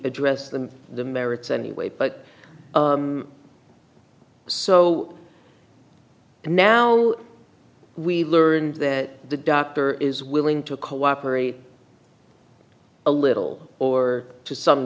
addressed them the merits anyway but so and now we learn that the doctor is willing to cooperate a little or to some